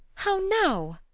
how now!